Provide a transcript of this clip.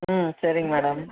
ம் சரிங் மேடம்